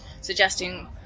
suggesting